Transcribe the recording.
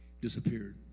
Disappeared